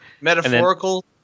Metaphorical